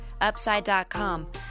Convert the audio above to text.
Upside.com